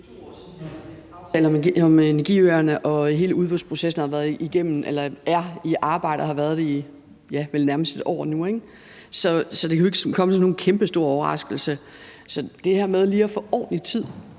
Det her med lige at få ordentlig tid